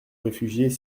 réfugiés